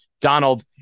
Donald